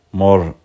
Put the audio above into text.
more